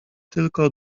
tylko